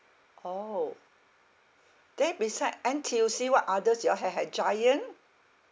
orh then beside N_T_U_C what others you all ha~ have giant